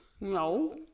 No